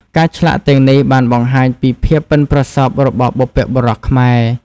ការឆ្លាក់ទាំងនេះបានបង្ហាញពីភាពប៉ិនប្រសប់របស់បុព្វបុរសខ្មែរ។